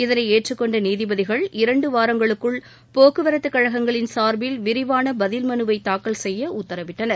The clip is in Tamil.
இதனை ஏற்றுக்கொண்ட நீதிபதிகள் இரண்டு வாரங்களுக்குள் போக்குவரத்துக் கழகங்களின் சார்பில் விரிவான பதில்மனுவை தாக்கல் செய்ய உத்தரவிட்டனர்